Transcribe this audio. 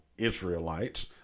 Israelites